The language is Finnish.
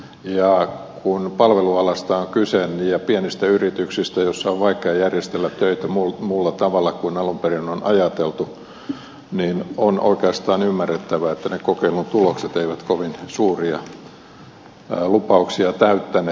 ja kun palvelualasta on kyse ja pienistä yrityksistä joissa on vaikea järjestellä töitä muulla tavalla kuin alun perin on ajateltu niin on oikeastaan ymmärrettävää että ne kokeilun tulokset eivät kovin suuria lupauksia täyttäneet